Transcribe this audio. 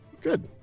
good